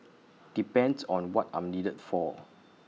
depends on what I'm needed for